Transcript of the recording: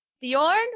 Bjorn